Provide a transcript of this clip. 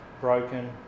broken